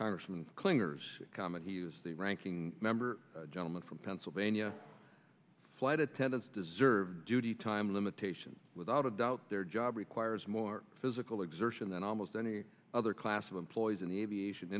congressman clingers comment he is the ranking member gentleman from pennsylvania flight attendants deserve duty time limitations without a doubt their job requires more physical exertion than almost any other class of employees in the aviation